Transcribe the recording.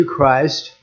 Christ